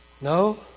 No